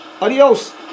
Adios